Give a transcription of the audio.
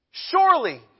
Surely